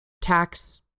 tax